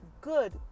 good